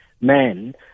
men